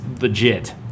legit